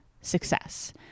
success